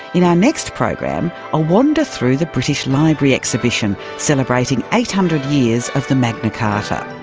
in our next program, a wander through the british library exhibition celebrating eight hundred years of the magna carta.